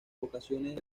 ocasiones